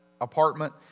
apartment